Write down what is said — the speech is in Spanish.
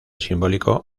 simbólico